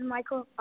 Michael